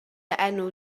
enw